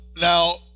now